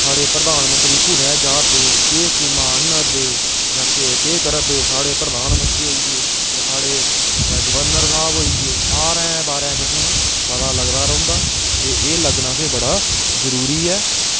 साढ़े प्रधानमंत्री कुत्थें जा दे केह् स्कीमां आह्ना दे केह् करा दे साढ़े प्रधानमंत्री होइये जा साढ़े जेह्ड़े गवर्नर साह्ब होी गे सारें दे बारै च असेंगी पता लगदा रौहंदा ते एह् लग्गना असेंगी बड़ा जरूरी ऐ